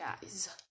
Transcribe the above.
guys